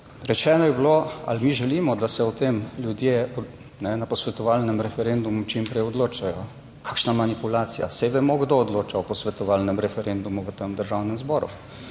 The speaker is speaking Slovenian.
Rečeno je bilo ali mi želimo, da se o tem ljudje na posvetovalnem referendumu čim prej odločajo. Kakšna manipulacija! Saj vemo, kdo odloča o posvetovalnem referendumu v tem Državnem zboru